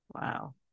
Wow